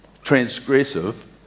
transgressive